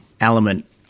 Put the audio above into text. element